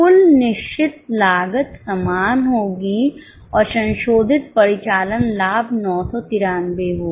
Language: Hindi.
कुल निश्चित लागत समान होगी और संशोधित परिचालन लाभ 993 होगा